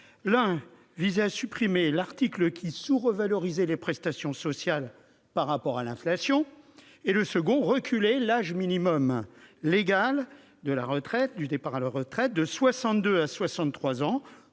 visait à supprimer l'article qui sous-revalorisait les prestations sociales par rapport à l'inflation ; l'autre tendait à reculer l'âge minimum légal de départ à la retraite de 62 ans à 63 ans